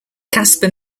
caspar